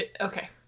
okay